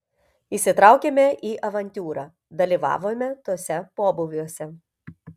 įsitraukėme į avantiūrą dalyvavome tuose pobūviuose